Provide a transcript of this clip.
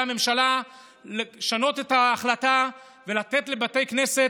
הממשלה לשנות את ההחלטה ולתת לבתי כנסת,